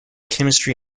chemistry